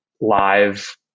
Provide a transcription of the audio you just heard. live